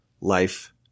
life